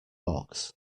box